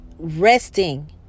Resting